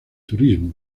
turismo